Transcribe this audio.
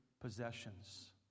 possessions